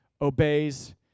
obeys